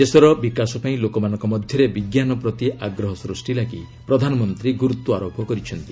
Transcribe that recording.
ଦେଶର ବିକାଶ ପାଇଁ ଲୋକମାନଙ୍କ ମଧ୍ୟରେ ବିଜ୍ଞାନପ୍ରତି ଆଗ୍ରହ ସୃଷ୍ଟି ଲାଗି ପ୍ରଧାନମନ୍ତ୍ରୀ ଗୁରୁତ୍ୱାରୋପ କରିଛନ୍ତି